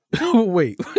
Wait